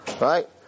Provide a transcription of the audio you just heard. right